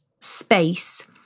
space